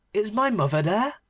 is my mother there